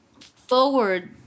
forward